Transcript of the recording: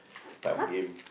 tough game